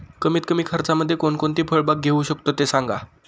कमीत कमी खर्चामध्ये कोणकोणती फळबाग घेऊ शकतो ते सांगा